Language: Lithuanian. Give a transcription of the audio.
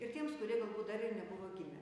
ir tiems kurie galbūt dar ir nebuvo gimę